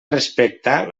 respectar